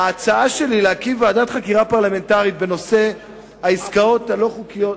ההצעה שלי היא להקים ועדת חקירה פרלמנטרית בנושא העסקאות הלא-חוקיות,